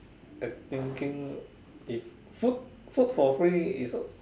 I thinking if food food for free is